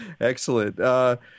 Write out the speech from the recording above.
Excellent